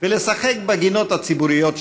ולשחק בגינות הציבוריות שלה.